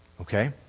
Okay